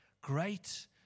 Great